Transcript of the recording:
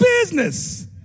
business